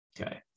Okay